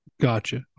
Gotcha